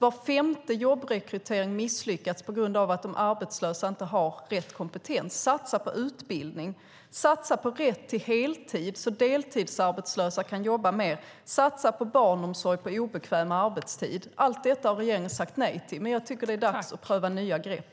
Var femte jobbrekrytering misslyckas på grund av att de arbetslösa inte har rätt kompetens. Satsa på utbildning! Satsa på rätt till heltid så att deltidsarbetslösa kan jobba mer! Satsa på barnomsorg på obekväm arbetstid! Allt detta har regeringen sagt nej till, men jag tycker att det är dags att pröva nya grepp.